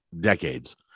decades